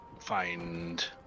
find